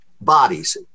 bodies